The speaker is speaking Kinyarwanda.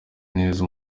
neza